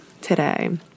today